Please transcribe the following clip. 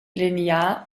linear